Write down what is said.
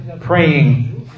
Praying